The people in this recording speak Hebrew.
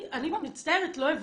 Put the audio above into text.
אני מצטערת, לא הבנתי.